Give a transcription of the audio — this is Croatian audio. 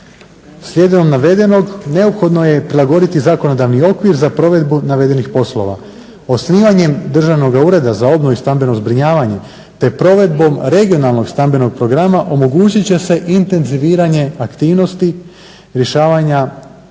Slijedom navedenog neophodno je prilagoditi zakonodavni okvir za provedbu navedenih poslova. Osnivanjem državnog ureda za obnovu i stambeno zbrinjavanje te provedbom regionalnog stambenog programa omogućit će se intenziviranje aktivnosti rješavanja preostalih